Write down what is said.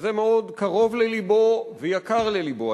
שזה מאוד קרוב ללבו ויקר ללבו.